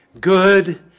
good